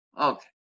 Okay